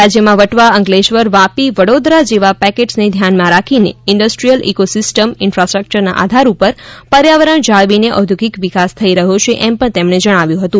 રાજ્યમાં વટવા અંકલેશ્વર વાપી વડોદરા જેવા પેકેટસને ધ્યાનમાં રાખીને ઇન્ડસ્ટ્રીયલ ઇક્રોસિસ્ટમ ઇન્ફાસ્ટ્રકચરના આધાર ઉપર પર્યાવરણ જાળવીને ઔદ્યોગિક વિકાસ થઇ રહ્યો છે એમ પણ તેમણે જણાવ્યું હતું